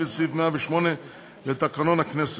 לפי סעיף 108 לתקנון הכנסת.